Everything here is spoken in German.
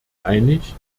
einig